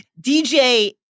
DJ